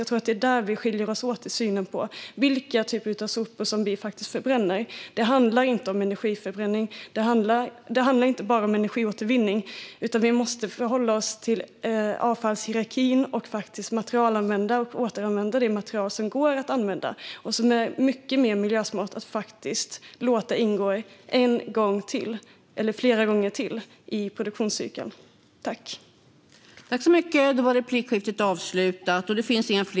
Jag tror att det är där vi skiljer oss åt i synen på vilka typer av sopor som vi faktiskt förbränner. Det handlar inte bara om energiåtervinning, utan vi måste förhålla oss till avfallshierarkin och faktiskt återanvända det material som går att återanvända. Det är mycket mer miljösmart att låta det ingå en eller flera gånger till i produktionscykeln.